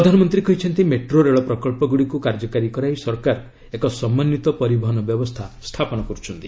ପ୍ରଧାନମନ୍ତ୍ରୀ କହିଛନ୍ତି ମେଟ୍ରୋ ରେଳ ପ୍ରକଳ୍ପଗୁଡ଼ିକୁ କାର୍ଯ୍ୟକାରୀ କରାଇ ସରକାର ଏକ ସମନ୍ଧିତ ପରିବହନ ବ୍ୟବସ୍ଥା ସ୍ଥାପନ କରୁଛନ୍ତି